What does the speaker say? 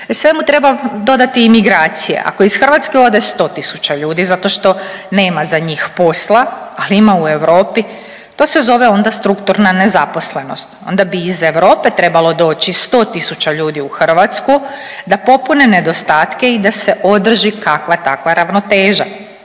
Svemu treba dodati i migracije. Ako iz Hrvatske ode 100 tisuća ljudi zato što nema za njih posla, ali ima u Europi, to se zove onda strukturna nezaposlenost. Onda bi iz Europe trebalo doći 100 tisuća ljudi u Hrvatsku da popune nedostatke i da se održi kakva-takva ravnoteža.